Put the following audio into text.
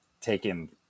taken